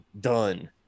done